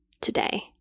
today